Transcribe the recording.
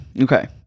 Okay